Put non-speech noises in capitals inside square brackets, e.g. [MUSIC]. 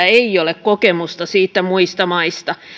[UNINTELLIGIBLE] ei ole kokemusta siitä muista maista